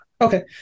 Okay